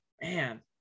man